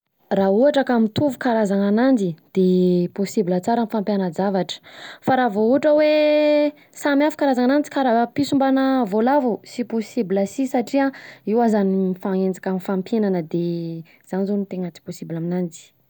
Raha ohatra ka mitovy karazana ananjy de possible tsara mifampiana-javatra fa raha vao ohatra hoe: samy hafa karazana ananjy karaha piso mbana voalavo sy possible si satria an, io aza mifanenjika mifampihinana de, zany zao no tegna tsy possible aminanjy.